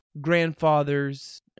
grandfathers